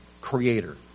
creator